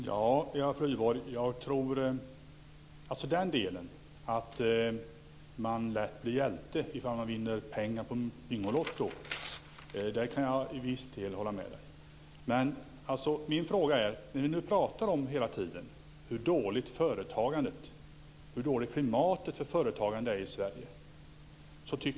Fru talman! Jag kan till viss del hålla med Eva Flyborg om att man lätt blir hjälte ifall man vinner pengar på Bingolotto, men jag ställde en annan fråga. Ni pratar hela tiden om hur dåligt klimatet för företagande är i Sverige.